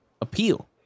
appeal